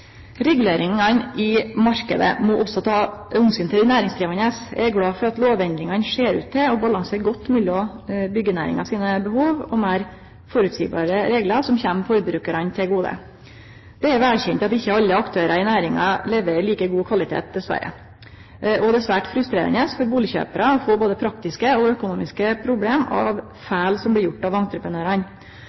Reguleringane i marknaden må også ta omsyn til dei næringsdrivande. Eg er glad for at lovendringane ser ut til å balansere godt mellom byggenæringa sine behov og meir føreseielege reglar, som kjem forbrukarane til gode. Det er velkjent at ikkje alle aktørar i næringa leverer like god kvalitet, dessverre. Og det er særs frustrerande for bustadkjøparar å få både praktiske og økonomiske problem av feil som blir gjorde av